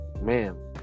man